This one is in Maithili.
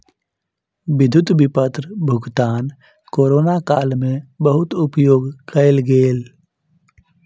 विद्युत विपत्र भुगतान कोरोना काल में बहुत उपयोग कयल गेल